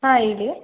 ಹಾಂ ಹೇಳಿ